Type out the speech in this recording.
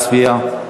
התשע"ד 2013,